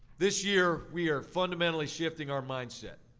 this year, we are fundamentally shifting our mindset.